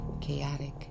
chaotic